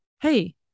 hey